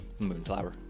moonflower